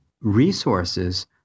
resources